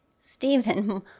Stephen